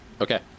Okay